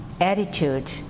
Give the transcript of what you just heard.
attitude